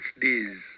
days